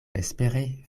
vespere